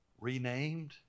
renamed